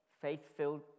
faith-filled